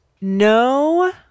No